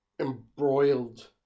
embroiled